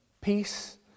peace